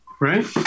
right